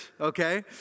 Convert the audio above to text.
okay